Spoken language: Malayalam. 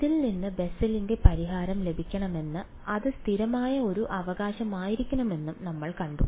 ഇതിൽ നിന്ന് ബെസലിന്റെ Bessel's പരിഹാരം ലഭിക്കണമെങ്കിൽ അത് സ്ഥിരമായ ഒരു അവകാശമായിരിക്കണമെന്ന് നമ്മൾ കണ്ടു